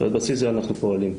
ועל בסיס זה אנחנו פועלים.